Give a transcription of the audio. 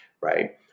right